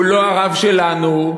הוא לא הרב שלנו,